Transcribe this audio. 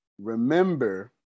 Remember